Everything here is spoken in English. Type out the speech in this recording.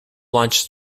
launched